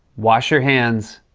wash your hands.